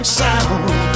sound